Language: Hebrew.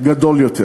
גדול יותר.